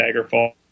Daggerfall